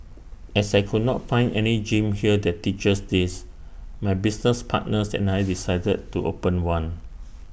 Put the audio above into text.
as I could not find any gym here that teaches this my business partners and I decided to open one